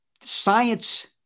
Science